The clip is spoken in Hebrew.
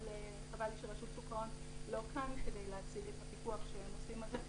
חבל שרשות שוק ההון לא כאן כדי להציג את הפיקוח שהם עושים על זה.